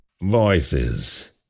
voices